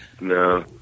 no